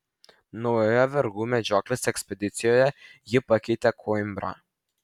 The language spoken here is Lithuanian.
naujoje vergų medžioklės ekspedicijoje jį pakeitė koimbra